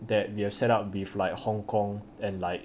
that we have set up with like hong kong and like